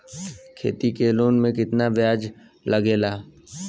खेती के लोन में कितना ब्याज लगेला?